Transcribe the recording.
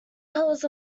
colours